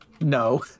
No